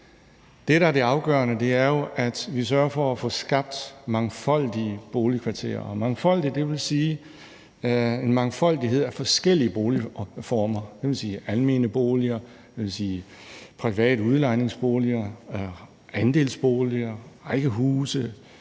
det afgørende, er jo, at vi sørger for at få skabt mangfoldige boligkvarterer, og mangfoldig vil sige en mangfoldighed af forskellige boligformer. Det vil sige almene boliger, det vil sige private udlejningsboliger, andelsboliger, rækkehuse,